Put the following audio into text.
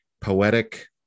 poetic